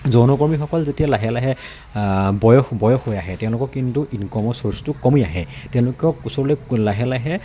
যৌনকৰ্মীসকল যেতিয়া লাহে লাহে বয়স বয়স হৈ আহে তেওঁলোকৰ কিন্তু ইনকমৰ চৰ্চটো কমি আহে তেওঁলোকক ওচৰলৈ লাহে লাহে